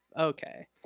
Okay